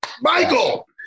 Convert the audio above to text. Michael